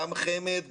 גם חמ"ד,